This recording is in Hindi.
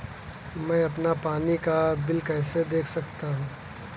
मैं अपना पानी का बिल कैसे देख सकता हूँ?